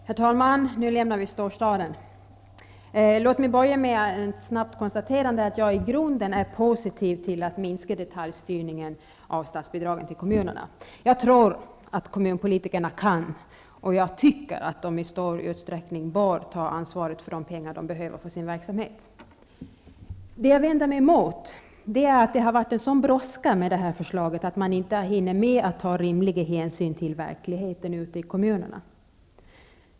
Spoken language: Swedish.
Herr talman! Nu lämnar vi storstaden. Låt mig börja med ett snabbt konstaterande att jag i grunden är positiv till att minska detaljstyrningen av statsbidragen till kommunerna. Jag tror att kommunpolitikerna kan, och jag tycker att de i stor utsträckning bör, ta ansvaret för de pengar som de behöver för sin verksamhet. Det jag vänder mig emot är att det har varit en sådan brådska med det här förslaget att man inte hunnit med att ta rimliga hänsyn till verkligheten ute i kommunerna.